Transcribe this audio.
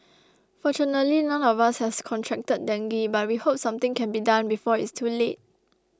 fortunately none of us has contracted dengue but we hope something can be done before it's too late